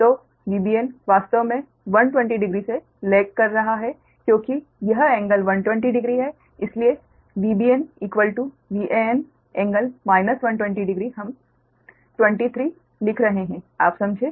तो Vbn वास्तव में 1200 से पिछड़ रहा है क्योंकि यह कोण 120 डिग्री है इसलिए Vbn Van∟ 1200 डिग्री हम 23 लिख रहे है आप समझे